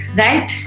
right